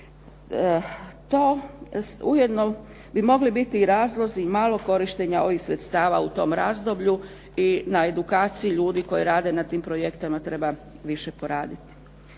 To ujedno bi mogli biti i razlozi malog korištenja ovih sredstava u tom razdoblju i na edukaciji ljudi koji rade na tim projektima treba više poraditi.